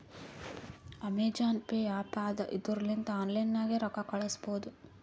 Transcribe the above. Amazon pay app ಅದಾ ಇದುರ್ ಲಿಂತ ಆನ್ಲೈನ್ ನಾಗೆ ರೊಕ್ಕಾ ಕಳುಸ್ಬೋದ